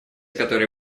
которые